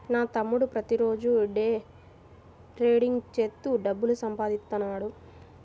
నా తమ్ముడు ప్రతిరోజూ డే ట్రేడింగ్ చేత్తూ డబ్బులు సంపాదిత్తన్నాడు